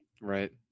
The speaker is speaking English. Right